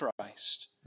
Christ